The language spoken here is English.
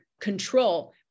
control